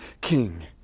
king